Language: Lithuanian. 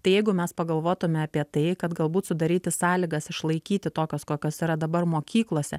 tai jeigu mes pagalvotume apie tai kad galbūt sudaryti sąlygas išlaikyti tokios kokios yra dabar mokyklose